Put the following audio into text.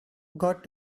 got